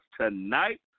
tonight